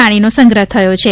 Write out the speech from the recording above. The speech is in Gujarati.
પાણીનો સંગ્રહ થયો છે